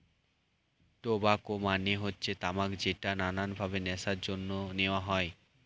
tobacco মানে হচ্ছে তামাক যেটা নানান ভাবে নেশার জন্য নেওয়া হয়